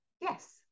Yes